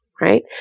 right